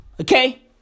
okay